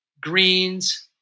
greens